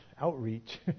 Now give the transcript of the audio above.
outreach